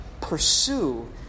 pursue